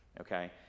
okay